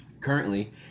Currently